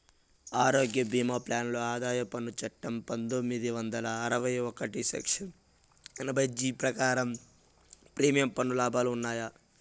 ఆరోగ్య భీమా ప్లాన్ లో ఆదాయ పన్ను చట్టం పందొమ్మిది వందల అరవై ఒకటి సెక్షన్ ఎనభై జీ ప్రకారం ప్రీమియం పన్ను లాభాలు ఉన్నాయా?